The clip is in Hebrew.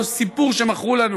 אותו סיפור שמכרו לנו